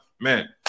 man